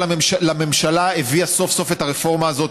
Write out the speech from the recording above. הממשלה הביאה סוף-סוף את הרפורמה הזאת.